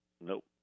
Nope